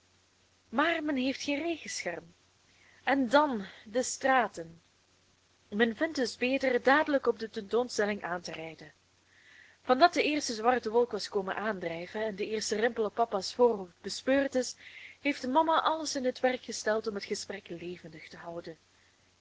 maar men heeft geen regenscherm en dan de straten men vindt dus beter dadelijk op de tentoonstelling aan te rijden van dat de eerste zwarte wolk was komen aandrijven en de eerste rimpel op papa's voorhoofd bespeurd is heeft mama alles in het werk gesteld om het gesprek levendig te houden